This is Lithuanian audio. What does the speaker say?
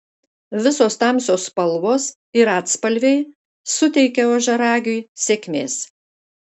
visos tamsios spalvos ir atspalviai suteikia ožiaragiui sėkmės